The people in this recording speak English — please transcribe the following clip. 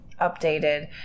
updated